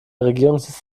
regierungssitz